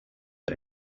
the